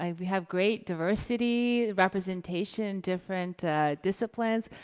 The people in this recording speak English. um we have great diversity, representation, different disciplines.